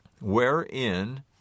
wherein